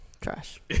Trash